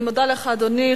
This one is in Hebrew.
אני מודה לך, אדוני.